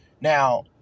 Now